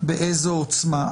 ובאיזו עוצמה.